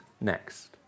next